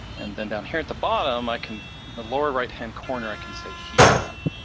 and then down here at the bottom, i can, the lower right hand corner, i can say heat map.